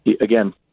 again